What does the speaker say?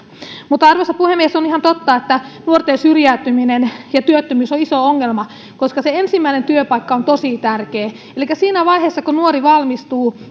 arvoisa puhemies on ihan totta että nuorten syrjäytyminen ja työttömyys on iso ongelma koska se ensimmäinen työpaikka on tosi tärkeä elikkä siinä vaiheessa kun nuori valmistuu